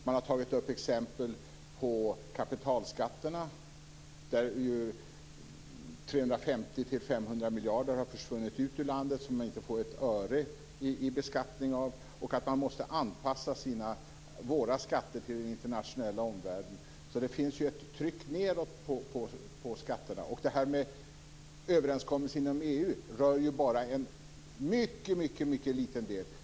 Man har t.ex. tagit upp kapitalskatterna, där ju 350-500 miljarder har försvunnit ut ur landet, pengar som man inte får ut ett öre i beskattning av, och att vi måste anpassa våra skatter till omvärlden. Så det finns ett tryck nedåt på skatterna. Det här med överenskommelsen inom EU rör ju bara en mycket liten del.